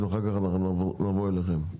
ואחר כך נעבור אליכם.